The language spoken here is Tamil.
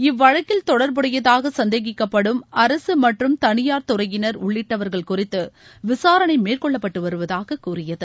இவ்வழக்கில் தொடர்புடையதாக சந்தேகிக்கப்படும் அரசு மற்றும் தனியார் துறையினர் உள்ளிட்டவர்கள் குறித்து விசாரணை மேற்கொள்ளப்பட்டு வருவதாக கூறியது